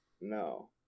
No